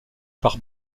par